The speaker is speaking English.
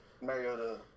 Mariota